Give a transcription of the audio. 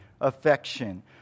affection